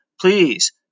please